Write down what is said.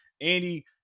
Andy